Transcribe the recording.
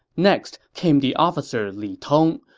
next came the officer li tong.